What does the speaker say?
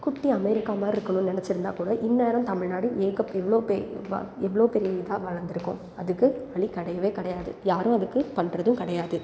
குட்டி அமெரிக்கா மாதிரி இருக்கணும்ன்னு நினைச்சிருந்தா கூட இந்நேரம் தமிழ்நாடு ஏகப் எவ்வளோ பே இதுவாக எவ்வளோ பெரிய இதாக வளந்துருக்கும் அதுக்கு வழி கிடையவே கிடையாது யாரும் அதுக்கு பண்ணுறதும் கிடையாது